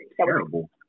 terrible